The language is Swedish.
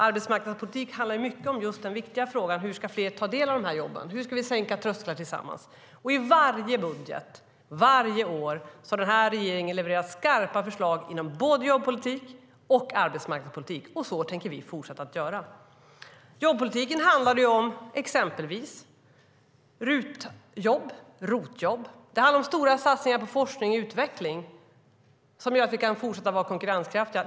Arbetsmarknadspolitik handlar mycket om den viktiga frågan hur fler ska få del av jobben, hur vi ska sänka trösklarna tillsammans. I varje budget, varje år, har den här regeringen levererat skarpa förslag inom både jobbpolitik och arbetsmarknadspolitik, och det tänker vi fortsätta att göra. Jobbpolitiken handlar exempelvis om RUT-jobb och ROT-jobb. Det handlar om stora satsningar på forskning och utveckling, som gör att vi kan fortsätta att vara konkurrenskraftiga.